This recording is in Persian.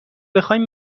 بخواین